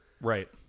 right